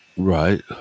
Right